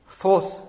fourth